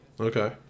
Okay